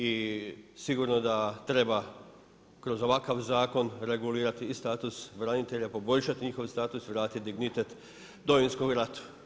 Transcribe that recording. I sigurno da treba kroz ovakav zakon regulirati i status branitelja, poboljšati njihov status, vratiti dignitet Domovinskom ratu.